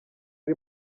iri